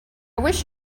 wish